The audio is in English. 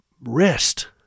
Rest